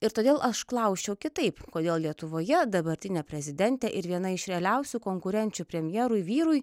ir todėl aš klausčiau kitaip kodėl lietuvoje dabartinė prezidentė ir viena iš realiausių konkurenčių premjerui vyrui